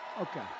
Okay